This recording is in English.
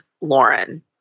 Lauren